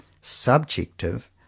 Subjective